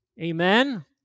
Amen